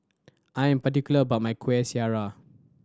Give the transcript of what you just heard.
I am particular about my Kueh Syara